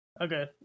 Okay